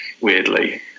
weirdly